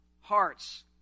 heart's